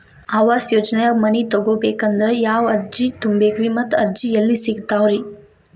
ಆವಾಸ ಯೋಜನೆದಾಗ ಮನಿ ತೊಗೋಬೇಕಂದ್ರ ಯಾವ ಅರ್ಜಿ ತುಂಬೇಕ್ರಿ ಮತ್ತ ಅರ್ಜಿ ಎಲ್ಲಿ ಸಿಗತಾವ್ರಿ?